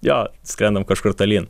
jo skrendam kažkur tolyn